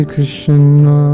Krishna